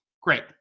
great